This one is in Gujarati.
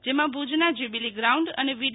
જેમાં ભુજના જયુ બીલી ગ્રાઉન્ડ અને વીડી